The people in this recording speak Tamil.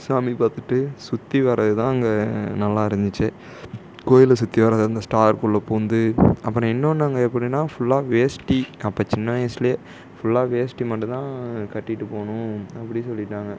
சாமி பார்த்துட்டு சுற்றி வரது தான் அங்கே நல்லா இருந்துச்சு கோவில சுற்றி வர்றது அந்த ஸ்டாருக்குள்ளே பூந்து அப்புறம் இன்னொன்று அங்கே எப்படின்னா ஃபுல்லாக வேஸ்ட்டி அப்போ சின்ன வயசுலேயே ஃபுல்லாக வேஸ்ட்டி மட்டும் தான் கட்டிகிட்டு போகணும் அப்பிடி சொல்லிவிட்டாங்க